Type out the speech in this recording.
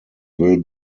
will